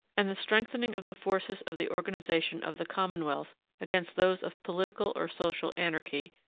and the strengthening of the forces of the organisation of the commonwealth against those of political or social anarchy,